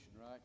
right